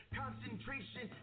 concentration